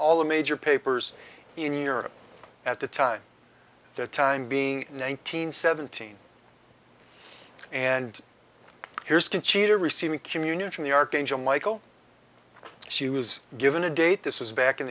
all the major papers in europe at the time the time being nine hundred seventeen and here's conchita receiving communion from the archangel michael she was given a date this was back in